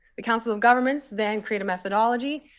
the council of governments then create a methodology.